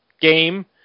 game